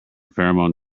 pheromone